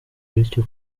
bityo